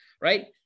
right